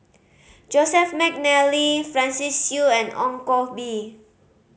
Joseph McNally Francis Seow and Ong Koh Bee